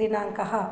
दिनाङ्कः